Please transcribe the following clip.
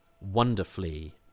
wonderfully